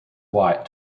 white